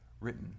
written